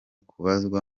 kubazwa